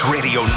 Radio